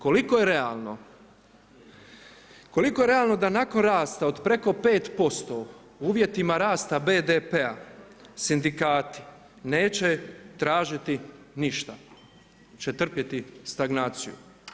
Koliko je realno, koliko je realno da nakon rasta od preko 5% u uvjetima rasta BDP-a sindikati neće tražiti ništa, će trpjeti stagnaciju?